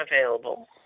available